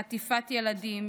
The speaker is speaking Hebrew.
חטיפת ילדים,